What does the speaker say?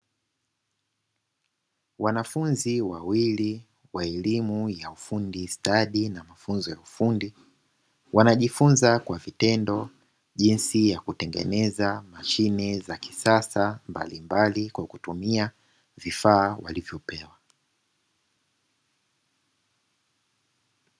Wanafunzi wawlii wa elimu ya ufundi stadi na mafunzo ya ufundi, wanajifunza kwa vitendo jinsi ya kutengenza mashine za kisasa mbalimbali kwa kutumia vifaa walivyopewa.